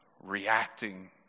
reacting